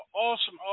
awesome